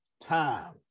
time